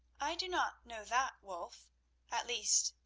i do not know that, wulf at least,